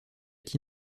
est